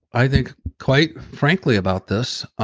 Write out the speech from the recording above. i think quite frankly about this,